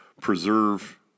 preserve